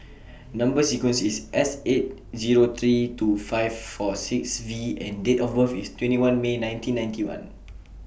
Number sequence IS S eight Zero three two five four six V and Date of birth IS twenty one May nineteen ninety one